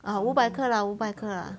ah 五百克 lah 五百克